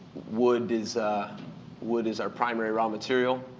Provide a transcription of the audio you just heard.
wood is wood is our primary raw material.